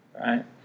right